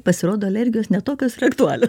pasirodo alergijos ne tokios ir aktualios